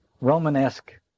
Romanesque